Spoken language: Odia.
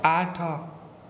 ଆଠ